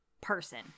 person